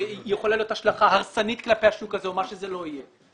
יכולה להיות השלכה הרסנית כלפי השוק הזה או מה שזה לא יהיה.